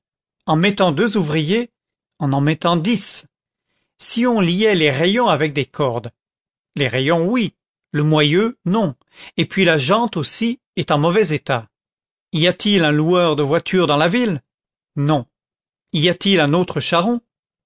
en mettant deux ouvriers en en mettant dix si on liait les rayons avec des cordes les rayons oui le moyeu non et puis la jante aussi est en mauvais état y a-t-il un loueur de voitures dans la ville non y a-t-il un autre charron